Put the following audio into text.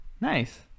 nice